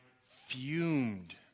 fumed